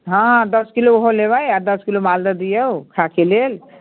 हँ दश किलो ओहो लेबै आ दश किलो मालदह दिऔ खाएके लेल